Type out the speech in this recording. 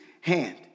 hand